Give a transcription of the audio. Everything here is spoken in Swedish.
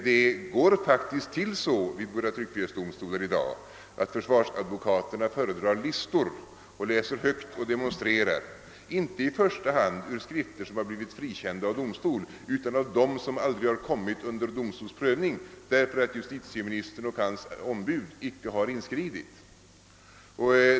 Det går faktiskt till så vid våra tryckfrihetsdomstolar i dag, att försvarsadvokaterna föredrar listor och läser högt, inte i första hand ur skrifter som har blivit frikända av domstol utan ur sådana som aldrig har kommit under domstols prövning därför att justitieministern och hans ombud inte har inskridit.